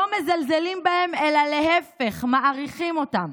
לא מזלזלים בהם אלא להפך, מעריכים אותם".